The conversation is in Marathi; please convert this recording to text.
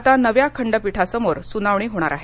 आता नव्या खंडपीठासमोर सुनावणी होईल